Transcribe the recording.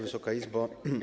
Wysoka Izbo!